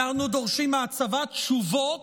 אנחנו דורשים מהצבא תשובות,